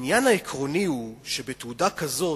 העניין העקרוני הוא שבתעודה כזאת,